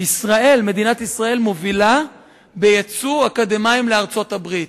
מדינת ישראל מובילה בייצוא אקדמאים לארצות-הברית.